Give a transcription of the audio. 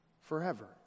forever